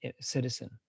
citizen